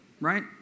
right